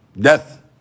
death